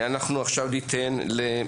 תודה.